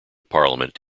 parliament